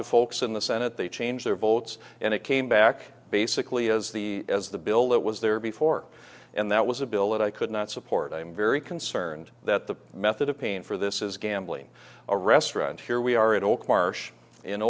to folks in the senate they change their votes and it came back basically as the as the bill that was there before and that was a bill that i could not support i'm very concerned that the method of paying for this is gambling a restaurant here we are at